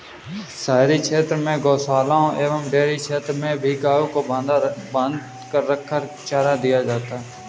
शहरी क्षेत्र में गोशालाओं एवं डेयरी क्षेत्र में ही गायों को बँधा रखकर ही चारा दिया जाता है